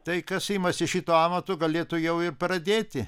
tai kas imasi šito amato galėtų jau ir pradėti